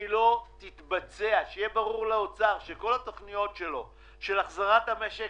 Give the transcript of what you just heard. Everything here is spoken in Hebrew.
שיהיה ברור לאוצר שכל התכניות שלו של החזרת המשק